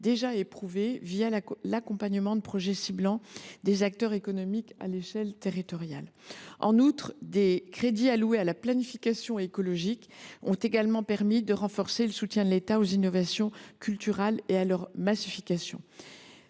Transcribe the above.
déjà éprouvés l’accompagnement de projets ciblant des acteurs économiques à l’échelle territoriale. En outre, des crédits alloués à la planification écologique ont également permis de renforcer le soutien de l’État aux innovations culturales et à leur massification.